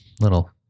little